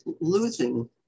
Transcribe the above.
losing